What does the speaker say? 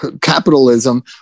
capitalism